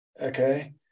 okay